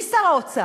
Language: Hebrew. מי שר האוצר?